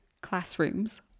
classrooms